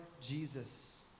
Jesus